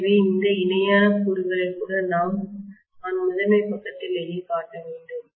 எனவே இந்த இணையான கூறுகளை கூட நான் முதன்மை பக்கத்திலேயே காட்ட வேண்டும்